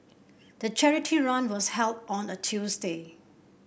the charity run was held on a Tuesday